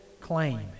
claim